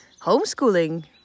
homeschooling